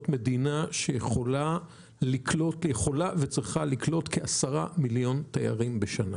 מדינה שיכולה וצריכה לקלוט כעשרה מיליון תיירים בשנה.